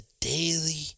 daily